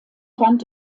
rand